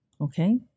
okay